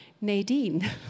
Nadine